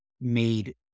made